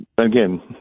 again